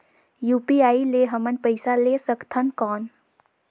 UPI ले हमन पइसा ले सकथन कौन?